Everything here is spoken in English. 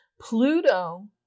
Pluto